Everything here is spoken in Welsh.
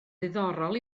ddiddorol